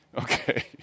Okay